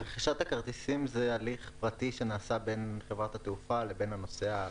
רכישת הכרטיסים זה הליך פרטי שנעשה בין חברת התעופה לבין הנוסע.